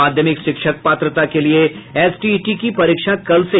माध्यमिक शिक्षक पात्रता के लिए एसटीईटी की परीक्षा कल से